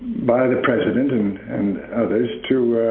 by the president and and others to